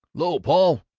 lo, paul?